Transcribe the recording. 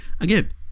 again